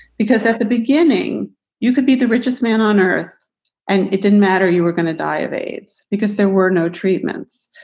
because at the beginning you could be the richest man on earth and it didn't matter. you were gonna die of aids because there were no treatments.